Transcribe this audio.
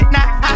Now